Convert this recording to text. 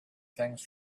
things